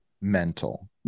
mental